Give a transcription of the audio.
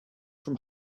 from